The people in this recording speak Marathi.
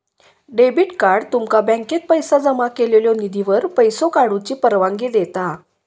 डेबिट कार्ड तुमका बँकेत जमा केलेल्यो निधीवर पैसो काढूची परवानगी देता